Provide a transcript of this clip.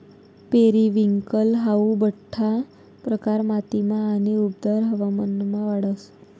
periwinkle हाऊ बठ्ठा प्रकार मातीमा आणि उबदार हवामानमा वाढस